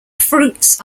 fruits